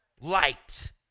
light